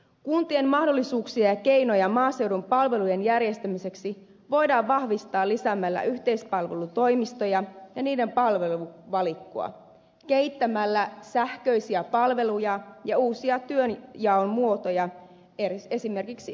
kuntien mahdollisuuksia ja keinoja maaseudun palvelujen järjestämiseksi voidaan vahvistaa lisäämällä yhteispalvelutoimistoja ja niiden palveluvalikkoa kehittämällä sähköisiä palveluja ja uusia työnjaon muotoja esimerkiksi yhdistysten kanssa